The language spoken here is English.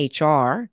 HR